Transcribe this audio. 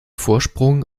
vorsprung